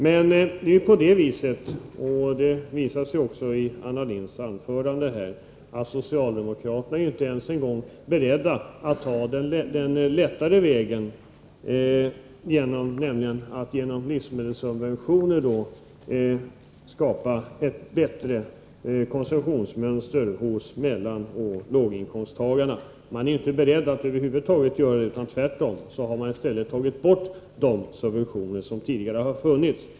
Men det förhåller sig så — vilket framgick också av Anna Lindhs anförande — att socialdemokraterna inte ens är beredda att gå den lättare vägen, nämligen att genom livsmedelssubventioner skapa ett bättre konsumtionsmönster för lågoch medelinkomsttagarna. Socialdemokraterna har tvärtom tagit bort de subventioner som tidigare har funnits.